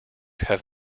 have